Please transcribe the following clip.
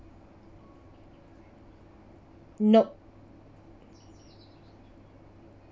nope